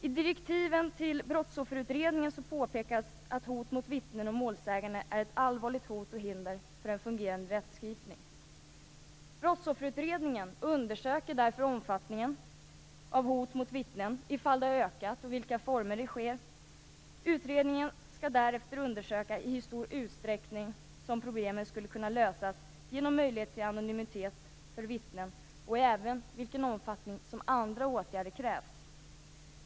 I direktiven till brottsofferutredningen påpekas att hot mot vittnen och målsäganden är ett allvarligt hot och hinder för en fungerande rättsskipning. Brottsofferutredningen undersöker därför omfattningen av hot mot vittnen, ifall de har ökat och i vilka former de sker. Utredningen skall därefter undersöka i hur stor utsträckning problemen skulle kunna lösas genom möjlighet till anonymitet för vittnen och även i vilken omfattning andra åtgärder krävs.